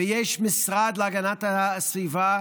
ויש משרד להגנת הסביבה,